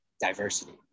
diversity